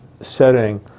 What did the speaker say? setting